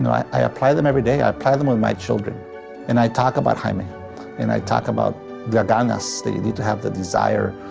i apply them every day, i apply them with my children and i talk about jaime and i talk about the ganas the need to have the desire.